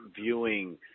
viewing